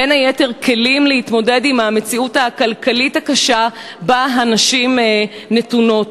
בין היתר כלים להתמודד עם המציאות הכלכלית הקשה שבה הנשים נתונות.